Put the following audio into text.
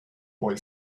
boy